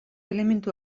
elementu